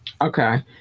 Okay